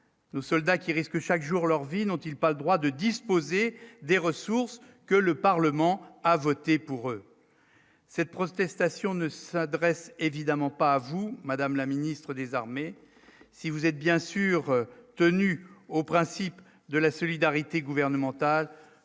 nous soldats qui risquent chaque jour leur vie n'ont-ils pas le droit de disposer des ressources que le Parlement a voté pour cette prospects station ne s'adresse évidemment pas à vous, madame la ministre des armées, si vous êtes bien sûr tenue au principe de la solidarité gouvernementale,